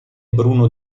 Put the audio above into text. bruno